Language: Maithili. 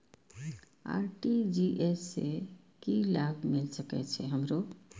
आर.टी.जी.एस से की लाभ मिल सके छे हमरो?